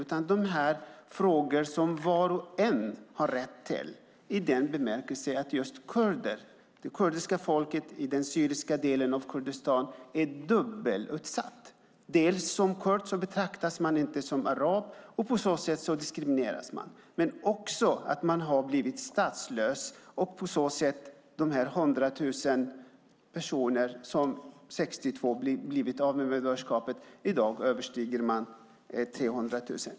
Det här är frågor som gäller alla. Det kurdiska folket i den syriska delen av Kurdistan är dubbelt drabbat. Som kurd betraktas man inte som arab, och på så sätt diskrimineras man. Man har också blivit statslös. Det var 100 000 personer som blev av med medborgarskapet 1962; i dag är det mer än 300 000.